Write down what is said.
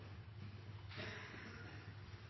Ja,